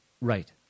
right